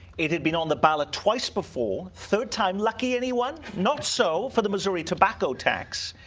it had been on the ballot twice before. third time lucky anyone? not so for the missouri tobacco tax.